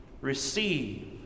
receive